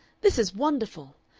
this is wonderful!